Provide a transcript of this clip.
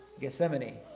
Gethsemane